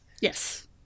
Yes